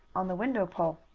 on the window pole.